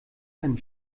einem